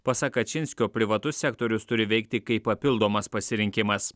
pasak kačinskio privatus sektorius turi veikti kaip papildomas pasirinkimas